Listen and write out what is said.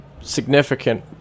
significant